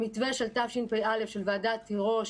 המתווה של תשפ"א של ועדת תירוש